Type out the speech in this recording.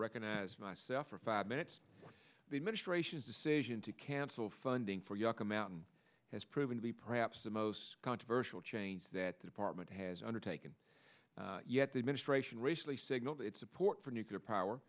recognize myself for five minutes the administration's decision to cancel funding for yucca mountain has proven to be perhaps the most controversial change that the department has undertaken yet the administration racially signaled its support for nuclear power